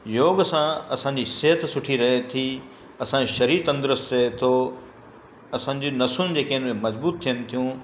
योग सां असांजी सिहत सुठी रहे थी असांजो शरीर तंदुरुस्त रहे थो असांजो नसियुनि जेके आहिनि उहे मजबूतु थियनि थियूं